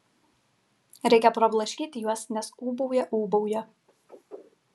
reikia prablaškyti juos nes ūbauja ūbauja